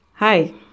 Hi